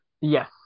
Yes